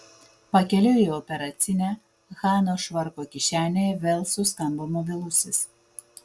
pakeliui į operacinę hanos švarko kišenėje vėl suskambo mobilusis